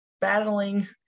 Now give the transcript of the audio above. battling